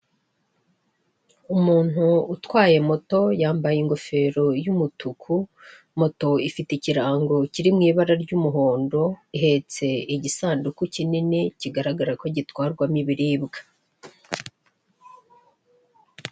Umuntu utwaye moto yambaye ingofero y'umutuku, moto ifite ikirango kiri mu ibara ry'umuhondo ihetse igisanduku kinini kigaragara ko gitwarwamo ibiribwa.